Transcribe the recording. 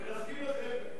ולהסכים לחרם.